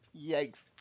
Yikes